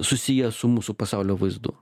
susiję su mūsų pasaulio vaizdu